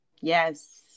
Yes